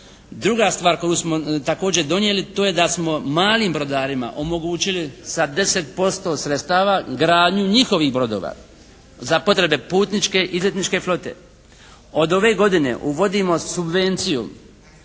Druga stvar koju smo također donijeli to je da smo malim brodarima omogućili sa 10% sredstava gradnju njihovih brodova za potrebe putničke izletničke flote. Od ove godine uvodimo subvenciju